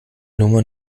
nummer